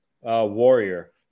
Warrior